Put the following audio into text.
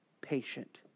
patient